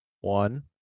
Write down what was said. One